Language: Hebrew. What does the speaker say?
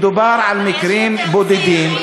מדובר במקרים בודדים,